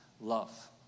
love